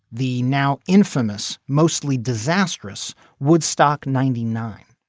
the now infamous mostly disastrous woodstock ninety nine.